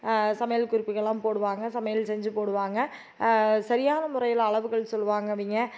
சமையல் குறிப்புகள்லாம் போடுவாங்க சமையல் செஞ்சு போடுவாங்க சரியான முறையில் அளவுகள் சொல்வாங்க அவங்க